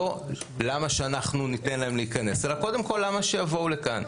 לא למה שאנחנו ניתן להם להיכנס אלא קודם כל למה שיבואו לכאן?